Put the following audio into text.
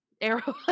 arrow